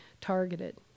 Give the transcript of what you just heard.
targeted